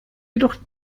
jedoch